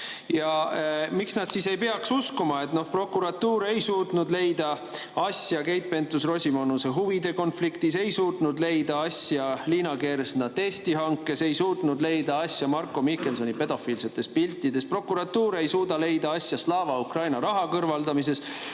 Miks nad siis ei peaks uskuma? Prokuratuur ei suutnud leida asja Keit Pentus-Rosimannuse huvide konfliktis, ei suutnud leida asja Liina Kersna testihankes, ei suutnud leida asja Marko Mihkelsoni pedofiilsetes piltides. Prokuratuur ei suuda leida asja Slava Ukraini raha kõrvaldamises.